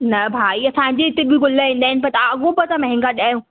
न भई असांजे हिते बि गुल ईंदा आहिनि पर तव्हां अॻो पोइ माहंगा त ॾियो